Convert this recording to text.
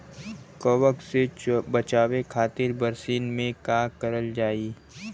कवक से बचावे खातिन बरसीन मे का करल जाई?